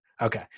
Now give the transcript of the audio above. Okay